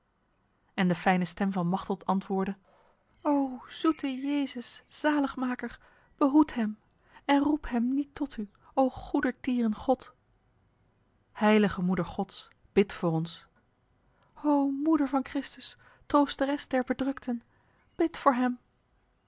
en de fijne stem van machteld antwoordde o zoete jezus zaligmaker behoed hem en roep hem niet tot u o goedertieren god heilige moeder gods bid voor ons o moeder van christus troosteres der bedrukten bid voor hem